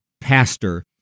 pastor